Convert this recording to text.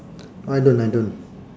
I don't I don't